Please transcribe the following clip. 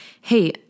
Hey